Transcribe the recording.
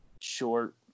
short